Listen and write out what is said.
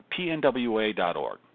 pnwa.org